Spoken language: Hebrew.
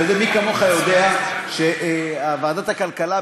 מי כמוך יודע שוועדת הכלכלה,